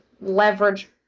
leverage